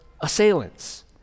assailants